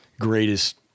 greatest